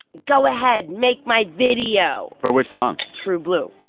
go ahead. make my video for which song? true blue.